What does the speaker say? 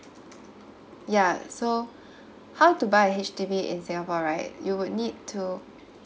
ya so how to buy a H_D_B in singapore right you would need to